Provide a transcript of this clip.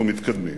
אנחנו מתקדמים